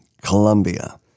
Colombia